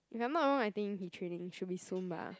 if I'm not wrong I think he training should be soon bah